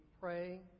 pray